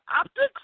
optics